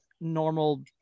normal